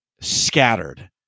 scattered